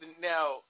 now